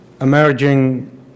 emerging